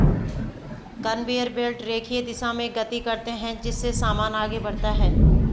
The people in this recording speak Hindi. कनवेयर बेल्ट रेखीय दिशा में गति करते हैं जिससे सामान आगे बढ़ता है